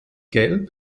gelb